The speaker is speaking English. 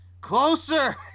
Closer